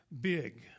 big